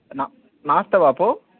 న నమస్తే బాపు